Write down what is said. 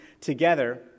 together